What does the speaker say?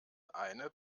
eine